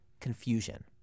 confusion